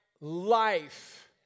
life